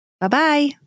Bye-bye